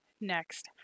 next